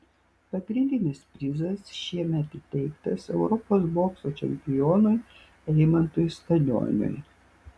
pagrindinis prizas šiemet įteiktas europos bokso čempionui eimantui stanioniui